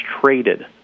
traded